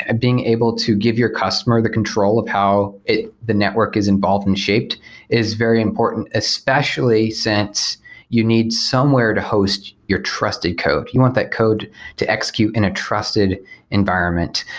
ah being able to give your customer the control of how the network is involved and shaped is very important, especially since you need somewhere to host your trusted code. you want that code to execute in a trusted environment,